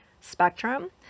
spectrum